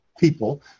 people